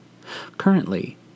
Currently